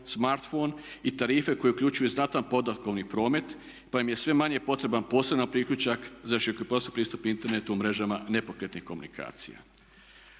smartphone i tarife koje uključuju znatan podatkovni promet pa im je sve manje potreban poseban priključak za širokopojasni pristup internetu u mrežama nepokretnih komunikacija.